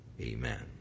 Amen